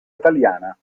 italiana